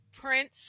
Prince